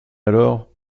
alors